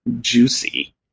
Juicy